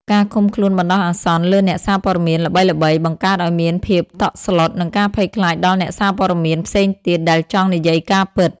ការឃុំខ្លួនបណ្តោះអាសន្នលើអ្នកសារព័ត៌មានល្បីៗ បង្កើតឱ្យមានភាពតក់ស្លុត និងការភ័យខ្លាចដល់អ្នកសារព័ត៌មានផ្សេងទៀតដែលចង់និយាយការពិត។